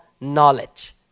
knowledge